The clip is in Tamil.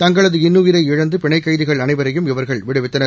தங்களது இன்னுயிரைஇழந்தபிணைக்கைதிகள் அனைவரையும் இவர்கள் விடுவித்தனர்